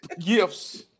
gifts